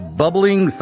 bubbling